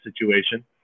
situation